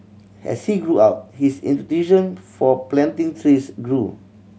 as he grew up his for planting trees grew